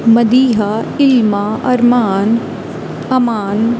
Madiha Ilma Arman Aman